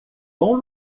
bom